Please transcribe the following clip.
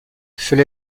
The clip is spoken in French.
fais